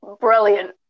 Brilliant